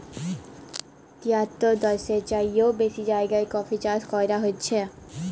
তিয়াত্তর দ্যাশের চাইয়েও বেশি জায়গায় কফি চাষ ক্যরা হছে